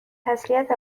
تسلیت